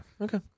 Okay